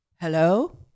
Hello